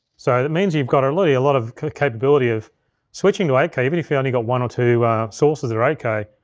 so that means you've got really, a lot of capability of switching to eight k even if you only got one or two sources that are eight k,